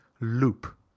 loop